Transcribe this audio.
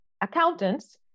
accountants